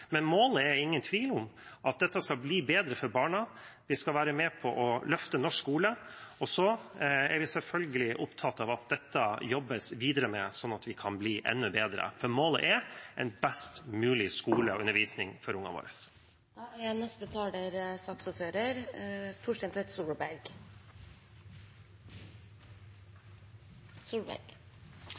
men målet er det ingen tvil om: Dette skal bli bedre for barna. Vi skal være med på å løfte norsk skole. Vi er selvfølgelig opptatt av at det jobbes videre med dette, sånn at vi kan bli enda bedre. For målet er en best mulig skole og undervisning for ungene